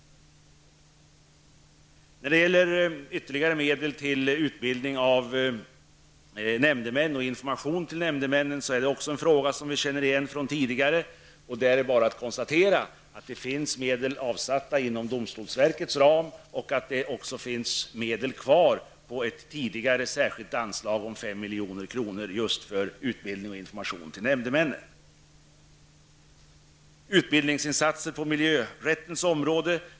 Frågan om ytterligare medel till utbildning av nämndemän och till information till dessa är också en fråga som är känd sedan tidigare. Det är bara att konstatera att medel finns avsatta inom domstolsverkets ram. Vidare finns det medel kvar på ett tidigare särskilt anslag om 5 milj.kr. just för utbildning och information för nämndemän. Miljöpartiets reservation 6 handlar om utbildningsinsatser på miljörättens område.